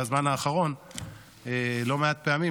בזמן האחרון לא מעט פעמים,